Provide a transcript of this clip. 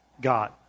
God